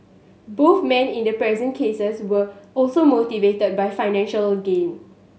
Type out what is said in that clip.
both men in the present cases were also motivated by financial gain